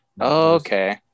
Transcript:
Okay